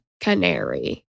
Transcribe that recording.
canary